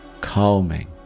calming